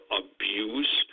abuse